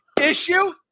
issue